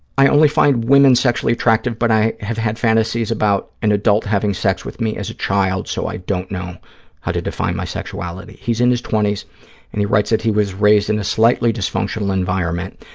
i only find women sexually attractive, but i have had fantasies about an adult having sex with me as a child, so i don't know how to define my sexuality. he's in his twenty and he writes that he was raised in a slightly dysfunctional environment.